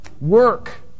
work